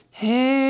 hey